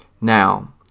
Now